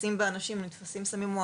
שנתפסים בה אנשים עם אמל"ח ועם סמים,